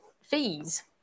fees